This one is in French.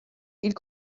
ils